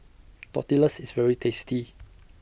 Tortillas IS very tasty